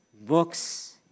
books